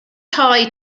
thai